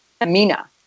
Amina